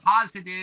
positive